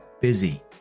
busy